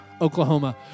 Oklahoma